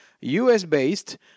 US-based